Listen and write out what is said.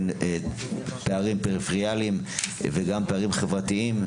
פערים פריפריאליים וגם פערים חברתיים,